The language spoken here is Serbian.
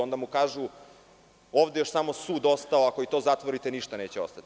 Onda mu kažu – ovde je još samo sud ostao, ako i to zatvorite, ništa neće ostati.